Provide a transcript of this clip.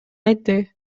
айтты